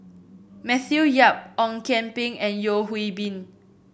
Matthew Yap Ong Kian Peng and Yeo Hwee Bin